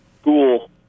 School